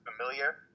familiar